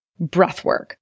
breathwork